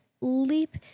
leap